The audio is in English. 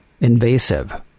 invasive